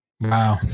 Wow